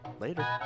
Later